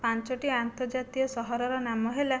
ପାଞ୍ଚଟି ଆନ୍ତର୍ଜାତୀୟ ସହରର ନାମ ହେଲା